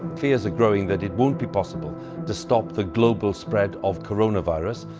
fears are growing that it won't be possible to stop the global spread of coronavirus.